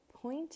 point